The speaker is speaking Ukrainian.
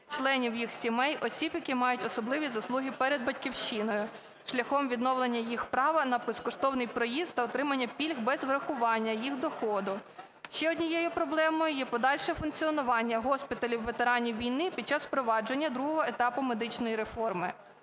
членів їх сімей, осіб, які мають особливі заслуги перед Батьківщиною, шляхом відновлення їх права на безкоштовний проїзд та отримання пільг без врахування їх доходу. Ще однією проблемою є подальше функціонування госпіталів ветеранів війни під час впровадження другого етапу медичної реформи.